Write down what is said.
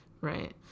right